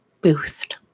boost